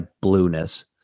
blueness